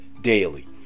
daily